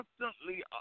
constantly